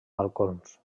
balcons